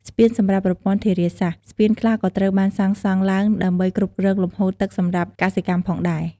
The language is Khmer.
ស្ពានសម្រាប់ប្រព័ន្ធធារាសាស្រ្ត ស្ពានខ្លះក៏ត្រូវបានសាងសង់ឡើងដើម្បីគ្រប់គ្រងលំហូរទឹកសម្រាប់កសិកម្មផងដែរ។